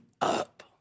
up